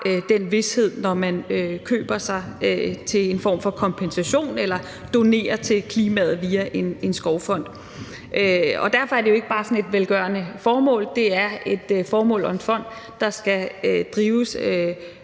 den vished, når man køber sig til en form for kompensation eller donerer til klimaet via en skovfond. Og derfor er det jo ikke bare sådan et velgørende formål; det er et formål og en fond, der skal drives